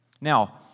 Now